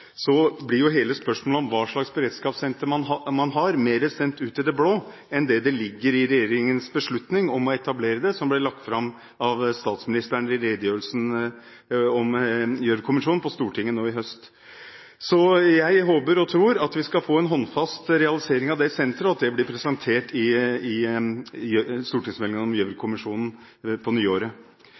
blir hele spørsmålet om hva slags beredskapssenter man skal ha, mer sendt ut i det blå enn det som ligger i regjeringens beslutning om å etablere det. Den ble lagt fram av statsministeren i redegjørelsen om Gjørv-kommisjonen på Stortinget nå i høst. Jeg håper og tror at vi skal få en håndfast realisering av det senteret, og at det blir presentert i stortingsmeldingen om Gjørv-kommisjonen på nyåret. Når det gjelder spørsmålet om hvor mye som skal brukes neste år med tanke på